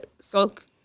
sulk